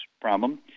problem